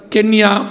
Kenya